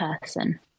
person